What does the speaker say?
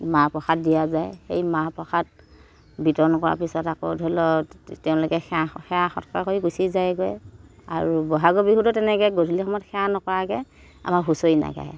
মাহ প্ৰসাদ দিয়া যায় সেই মাহ প্ৰসাদ বিতৰণ কৰাৰ পিছত আকৌ ধৰি লওঁক তেওঁলোকে সেৱা সেৱা সৎকাৰ কৰি গুছি যায়গৈ আৰু বহাগৰ বিহুতো তেনেকৈ গধূলি সময়ত সেৱা নকৰাকৈ আমাৰ হুঁচৰি নাগায়